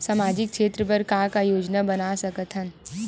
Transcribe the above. सामाजिक क्षेत्र बर का का योजना बना सकत हन?